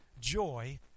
joy